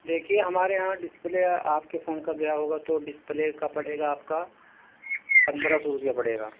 دیکھیے ہمارے یہاں ڈسپلے آپ کے فون کا گیا ہوگا تو ڈسپلے کا پڑے گا آپ کا پندرہ سو روپیہ پڑے گا